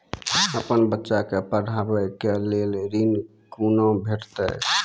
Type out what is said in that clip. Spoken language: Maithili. अपन बच्चा के पढाबै के लेल ऋण कुना भेंटते?